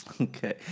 Okay